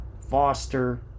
Foster